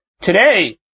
today